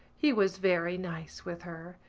he was very nice with her.